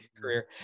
career